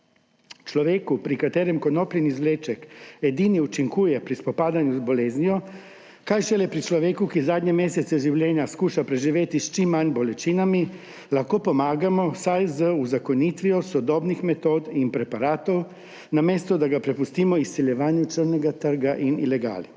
Človeku, pri katerem konopljin izvleček edini učinkuje pri spopadanju z boleznijo, kaj šele človeku, ki zadnje mesece življenja skuša preživeti s čim manj bolečinami, lahko pomagamo vsaj z uzakonitvijo sodobnih metod in preparatov, namesto da ga prepustimo izsiljevanju črnega trga in ilegali.